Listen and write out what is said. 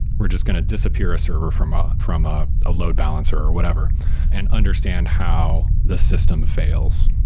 we're just going to disappear a server from ah from ah a load balancer or whatever and understand how the system fails.